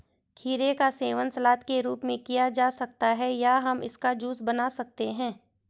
खीरे का सेवन सलाद के रूप में किया जा सकता है या हम इसका जूस बना सकते हैं